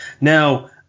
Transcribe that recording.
Now